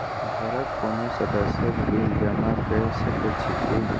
घरक कोनो सदस्यक बिल जमा कऽ सकैत छी की?